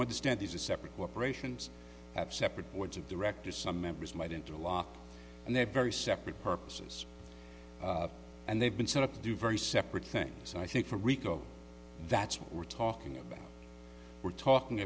what the stent is a separate cooperations have separate boards of directors some members might interlock and they're very separate purposes and they've been set up to do very separate things i think for rico that's what we're talking about we're talking